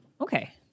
okay